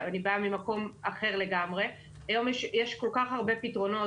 אני חושבת שיש פתרונות